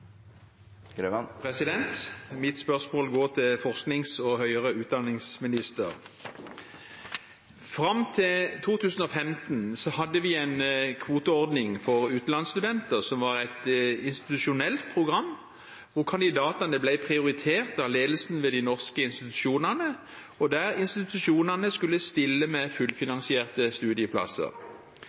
neste hovedspørsmål. Mitt spørsmål går til forsknings- og høyere utdanningsministeren. Fram til 2015 hadde vi en kvoteordning for utenlandsstudenter som var et institusjonelt program, hvor kandidatene ble prioritert av ledelsen ved de norske institusjonene, og der institusjonene skulle stille med fullfinansierte